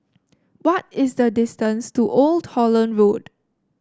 what is the distance to Old Holland Road